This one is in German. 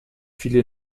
viele